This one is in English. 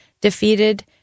defeated